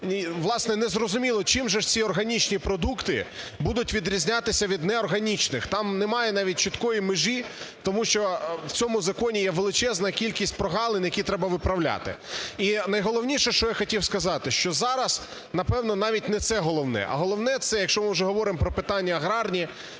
власне, незрозуміло, чим же ж ці органічні продукти будуть відрізнятися від неорганічних, там немає навіть чіткої межі тому що в цьому законі є величезна кількість прогалин, які треба виправляти. І найголовніше, що я хотів сказати, що зараз, напевно, навіть не це головне, а головне - це якщо ми вже говоримо про питання агарні,